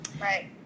right